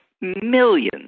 millions